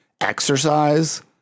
exercise